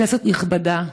כנסת נכבדה,